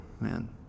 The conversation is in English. Man